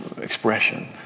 expression